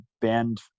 band